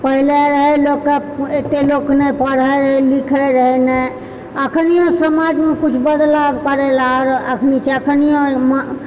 पहिले रहए लोककेँ एते लोक नहि पढ़ए लिखै रहै नहि अखनिओ समाजमे किछु बदलाव करए लऽ छै अखनिओ